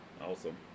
Awesome